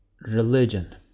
religion